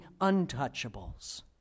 untouchables